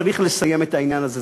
צריך לסיים את העניין הזה.